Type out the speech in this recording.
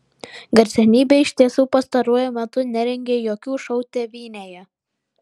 garsenybė iš tiesų pastaruoju metu nerengė jokių šou tėvynėje